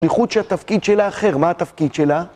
בייחוד שהתפקיד שלה אחר, מה התפקיד שלה?